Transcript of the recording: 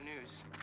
news